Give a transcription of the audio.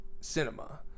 cinema